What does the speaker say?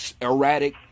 erratic